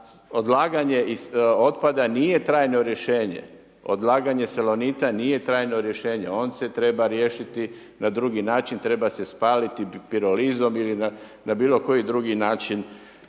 odlaganje otpada nije trajno rješenje. Odlaganje salonita nije trajno rješenje. On se treba riješiti na drugi način. Treba se spaliti pirolizom ili na bilo koji drugi način